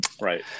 Right